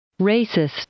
Racist